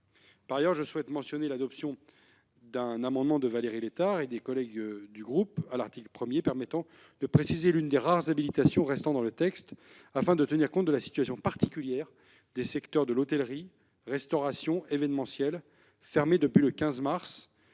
Par ailleurs, je souhaite mentionner l'adoption d'un amendement de Valérie Létard et des collègues de mon groupe à l'article 1 visant à préciser l'une des rares habilitations restant dans le texte afin de tenir compte de la situation particulière des entreprises des secteurs de l'hôtellerie, de la restauration et de l'événementiel, fermées depuis le 15 mars